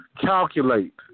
calculate